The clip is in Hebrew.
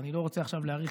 ואני לא רוצה עכשיו להאריך,